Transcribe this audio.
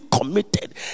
committed